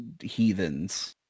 heathens